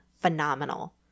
phenomenal